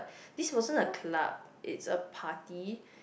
this wasn't a club it's a party